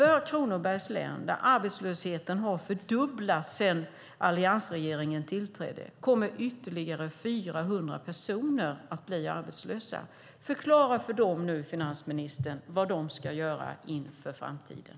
I Kronobergs län har arbetslösheten fördubblats sedan alliansregeringen tillträdde. Nu kommer ytterligare 400 personer att bli arbetslösa. Förklara för dem, finansministern, vad de ska göra inför framtiden.